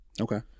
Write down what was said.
okay